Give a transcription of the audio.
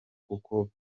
kuko